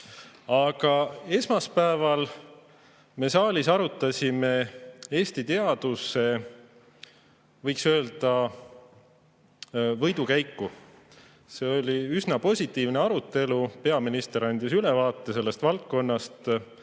Aga esmaspäeval me saalis arutasime Eesti teaduse, võiks öelda, võidukäiku. See oli üsna positiivne arutelu. Peaminister andis ülevaate sellest valdkonnast